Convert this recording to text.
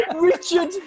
Richard